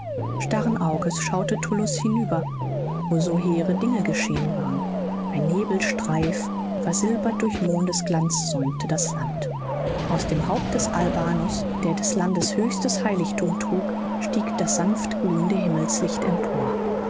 starren auges schaute tullus hinüber wo so hehre dinge geschehen waren ein nebelstreif versilbert durch mondesglanz säumte das land aus dem haupt des albanus der des landes höchstes heiligthum trug stieg das sanft glühende himmelslicht empor